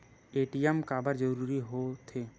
ATM काबर जरूरी हो थे?